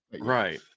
Right